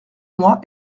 moi